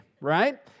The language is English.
right